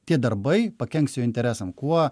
tie darbai pakenks jo interesam kuo